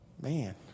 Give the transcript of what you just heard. man